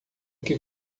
que